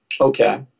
Okay